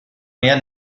mehr